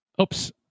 Oops